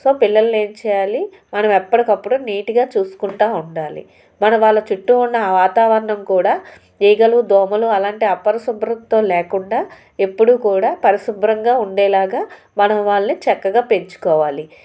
so పిల్లల్ని ఏం చేయాలి మనం ఎప్పటికప్పుడు నీట్గా చూసుకుంటా ఉండాలి మన వాళ్ళ చుట్టూ ఉన్న వాతావరణం కూడా ఈగలు దోమలు అలాంటి అపరిశుభ్రతతో లేకుండా ఎప్పుడూ కూడా పరిశుభ్రంగా ఉండేలాగా మనం వాళ్ళని చక్కగా పెంచుకోవాలి